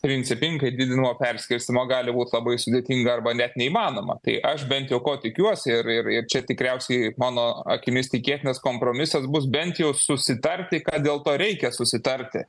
principingai didinimo perskirstymo gali būti labai sudėtinga arba net neįmanoma tai aš bent jau ko tikiuosi ir ir ir čia tikriausiai mano akimis tikėtinas kompromisas bus bent jau susitarti ką dėl to reikia susitarti